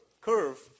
curve